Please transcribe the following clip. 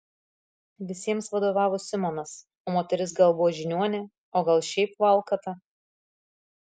visiems vadovavo simonas o moteris gal buvo žiniuonė o gal šiaip valkata